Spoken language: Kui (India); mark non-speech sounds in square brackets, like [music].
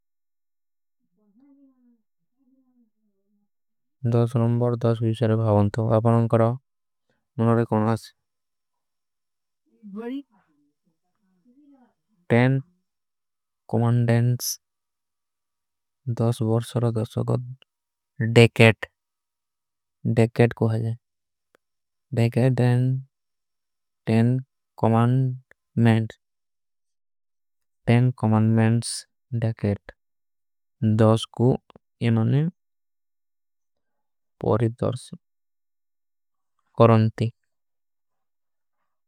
[noise] ଦସ ନମବର ଦସ ଵିଷଯର ଭାଵନ୍ତ। ଅପନା ଉନକରା ମୁନାରେ କୌନ ଆଶୀ। [noise] ଟେନ କୌମାନ୍ଡେନ୍ସ ଦସ ବର୍ଶର ଦସ ସଗଧ ଡେକେଟ। ଡେକେଟ କୋ ହୈ ଡେକେଟ ଦେନ ଟେନ। [hesitation] କୌମାନ୍ଡେନ୍ସ ଡେକେଟ ଦସ କୂ ଇମନେ ପୋରିଦର୍ସ କୋରୋଂତୀ।